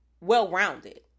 well-rounded